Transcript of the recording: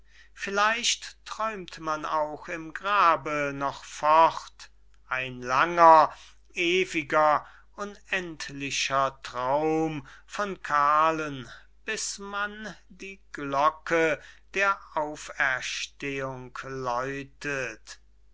vielleicht träumt man auch im grabe noch fort ein langer ewiger unendlicher traum von karln bis man die glocke der auferstehung läutet